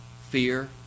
fear